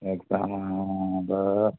exam അത്